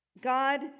God